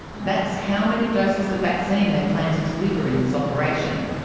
that's how many doses of vaccine they plan to deliver in this operation.